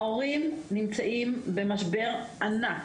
ההורים נמצאים במשבר ענק.